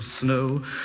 snow